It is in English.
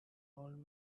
old